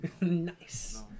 Nice